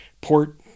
port